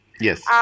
Yes